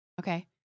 Okay